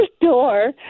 door